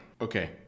Okay